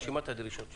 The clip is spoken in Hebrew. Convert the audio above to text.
הדרישות שלכם.